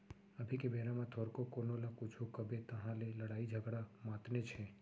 अभी के बेरा म थोरको कोनो ल कुछु कबे तहाँ ले लड़ई झगरा मातनेच हे